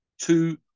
two